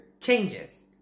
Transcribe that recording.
changes